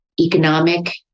economic